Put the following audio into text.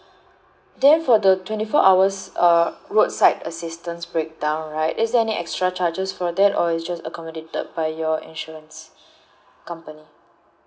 then for the twenty four hours uh roadside assistance breakdown right is there any extra charges for that or it's just accommodated by your insurance company